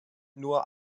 nur